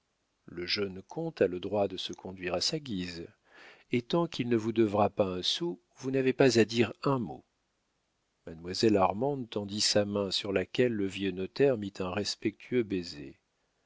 le jeune comte a le droit de se conduire à sa guise et tant qu'il ne vous devra pas un sou vous n'avez pas à dire un mot mademoiselle armande tendit sa main sur laquelle le vieux notaire mit un respectueux baiser